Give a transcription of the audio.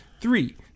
three